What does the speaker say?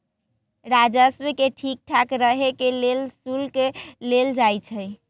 राजस्व के ठीक ठाक रहे के लेल शुल्क लेल जाई छई